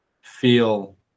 feel